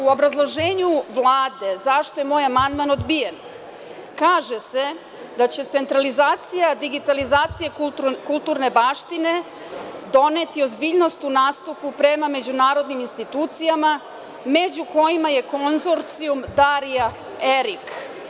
U obrazloženju Vlade zašto je moj amandman odbijen kaže se da će centralizacija digitalizacije kulturne baštine doneti ozbiljnost u nastupu prema međunarodnim institucijama, među kojima je Konzorcijum Darija Erik.